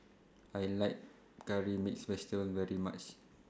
I like Curry Mixed Vegetable very much